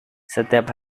setiap